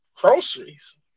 groceries